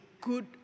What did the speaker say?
good